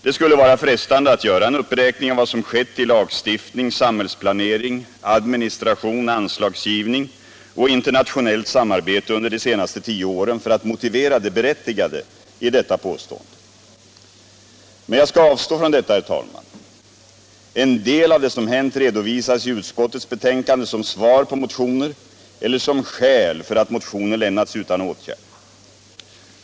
Det skulle vara frestande att göra en uppräkning av vad som skett i lagstiftning, samhällsplanering, administration, anslagsgivning och internationellt samarbete under de senaste tio åren för att motivera det berättigade i detta påstående. Men jag skall avstå från detta, herr talman. En del av det som hänt redovisas i utskottets betänkande som svar på motioner eller som skäl för att motioner lämnats utan åtgärd.